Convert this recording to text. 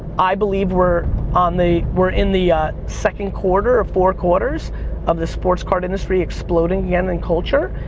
i believe we're on the, we're in the second quarter of four quarters of the sports card industry exploding again in culture,